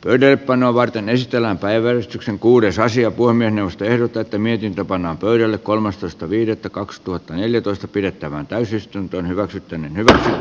töiden panoa varten esitellään päiväystyksen kuuden saisi apua minusta erotettu miehiltä panna yöllä kolmastoista viidettä kaksituhattaneljätoista pidettävään täysistuntoon hyväksytty